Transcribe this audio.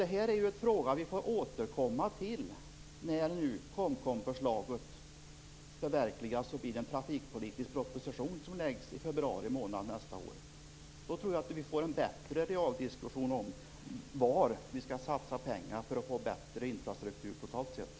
Detta är en fråga vi får återkomma till när nu KOMKOM-förslaget förverkligas och blir en trafikpolitisk proposition som läggs fram i februari månad nästa år. Då tror jag att vi får en bättre realdiskussion om var vi skall satsa pengar för att få en bättre infrastruktur totalt sett.